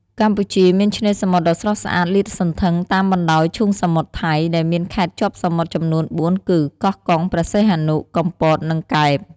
កម្ពុជាមានឆ្នេរសមុទ្រដ៏ស្រស់ស្អាតលាតសន្ធឹងតាមបណ្ដោយឈូងសមុទ្រថៃ ដែលមានខេត្តជាប់សមុទ្រចំនួនបួនគឺ កោះកុង ព្រះសីហនុ កំពត និងកែប។